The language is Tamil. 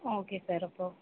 ஓகே சார் அப்போ